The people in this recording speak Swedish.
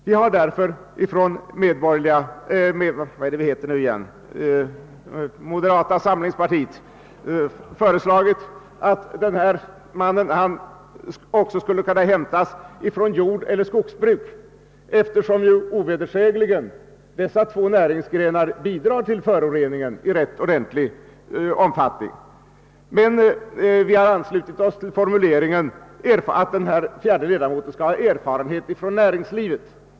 Vi har därför från moderata samlingspartiet föreslagit att denne ledamot också skulle kunna hämtas från jordeller skogsbruk, eftersom dessa två näringsgrenar ovedersägligen i hög grad bidrar till föroreningen. Vi har emellertid anslutit oss till formuleringen att denne fjärde ledamot skall ha erfarenhet från näringslivet.